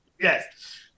Yes